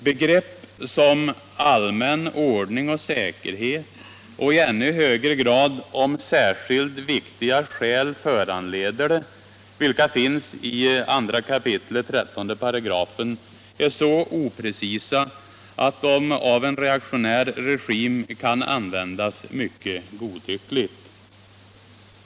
Begrepp som ”allmän ordning och säkerhet” och i ännu högre grad ”om särskilt viktiga skäl föranleder det” — vilka finns i 2 kap. 13 §— är så oprecisa att de av en reaktionär regim kan användas mycket godtyckligt.